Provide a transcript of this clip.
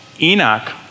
Enoch